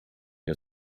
wie